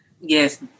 Yes